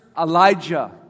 Elijah